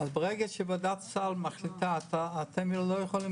כשוועדת סל מחליטה, אתם לא יכולים